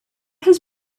has